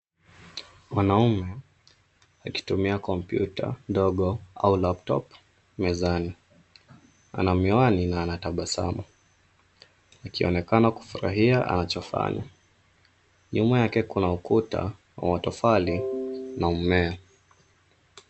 Mwanaume akitumia kompyuta ndogo au laptop mezani. Ana miwani na anatabasamu akionekana kufurahia anachofanya. Nyuma yake kuna ukuta wa matofali na mmea.